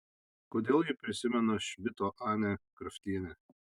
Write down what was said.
kodėl ji prisimena šmito anę kraftienę